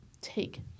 take